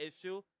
issue